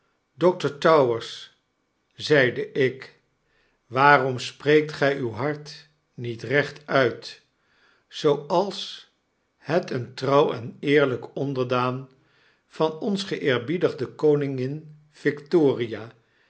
dokter towers zeideik waarom spreekt gij uw hart niet recht uit zooals het een trouw en eerlyk onderdaan van onze geeerbiedigde koningin victoria